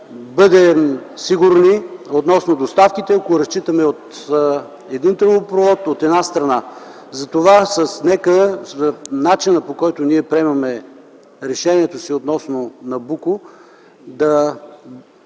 бъдем сигурни относно доставките, ако разчитаме само на един тръбопровод от една страна. Затова нека по начина, по който приемаме решенията си относно „Набуко” –